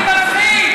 אני מתחיל.